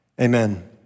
Amen